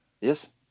Yes